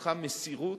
וכולך מסירות.